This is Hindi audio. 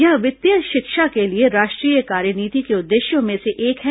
यह वित्तीय शिक्षा के लिए राष्ट्रीय कार्यनीति के उद्देश्यों में से एक है